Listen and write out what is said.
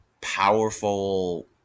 powerful